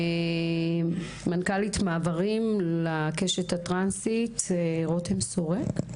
מנכ"לית מעברים לקשת הטרנסית רתם שורק.